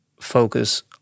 focus